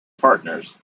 partners